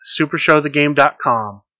Supershowthegame.com